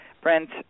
Brent